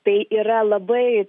tai yra labai